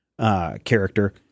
Character